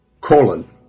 colon